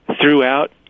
throughout